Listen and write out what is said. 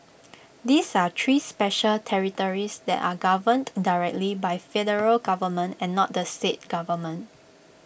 these are three special territories that are governed directly by federal government and not the state government